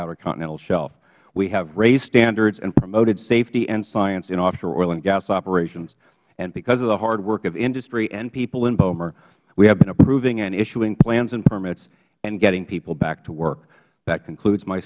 outer continental shelf we have raised standards and promoted safety and science in offshore oil and gas operations and because of the hard work of industry and people in boemre we have been approving and issuing plans and permits and getting people back to work that concludes my